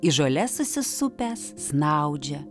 į žoles susisupęs snaudžia